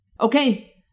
Okay